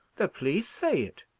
the police say it.